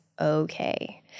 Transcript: okay